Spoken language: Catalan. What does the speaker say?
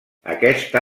aquesta